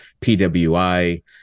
PWI